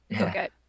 Okay